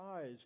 eyes